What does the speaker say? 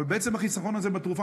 אבל בעצם החיסכון הזה בתרופה,